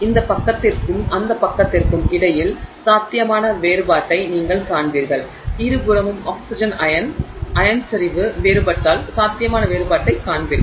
இந்த பக்கத்திற்கும் அந்த பக்கத்திற்கும் இடையில் சாத்தியமான வேறுபாட்டை நீங்கள் காண்பீர்கள் இருபுறமும் ஆக்ஸிஜன் அயன் செறிவு வேறுபட்டால் சாத்தியமான வேறுபாட்டைக் காண்பீர்கள்